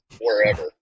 wherever